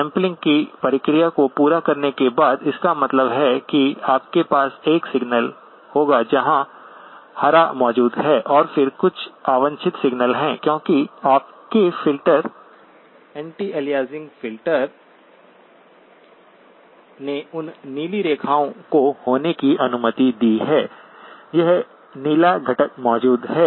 sampling की प्रक्रिया को पूरा करने के बाद इसका मतलब है कि आपके पास एक सिग्नल होगा जहां हरा मौजूद है और फिर कुछ अवांछित सिग्नलहै क्योंकि आपके फ़िल्टर एंटी अलियासिंग फिल्टर ने उन नीली रेखाओं को होने की अनुमति दी है यह नीला घटक मौजूद है